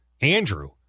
Andrew